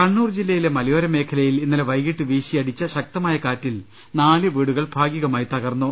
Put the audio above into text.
കണ്ണൂർ ജില്ലയിലെ മലയോര മേഖലയിൽ ഇന്നലെ വൈകിട്ട് വീശിയ ടിച്ചു ശക്തമായ കാറ്റിൽ നാല് വീടുകൾ ഭാഗികമായി തകർന്നു